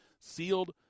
sealed